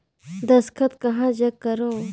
दस्खत कहा जग करो?